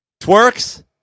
Twerks